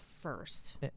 first